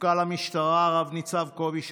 מפכ"ל המשטרה רב-ניצב קובי שבתאי,